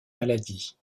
maladie